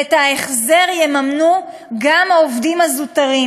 ואת ההחזר יממנו גם העובדים הזוטרים.